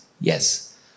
yes